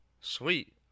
sweet